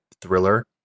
thriller